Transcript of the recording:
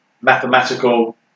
mathematical